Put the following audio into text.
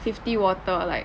fifty water like